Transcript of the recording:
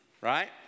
right